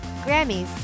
Grammys